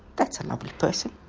that's a lovely person.